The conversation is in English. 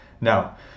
now